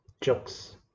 jokes